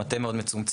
למטה מאוד מצומצם,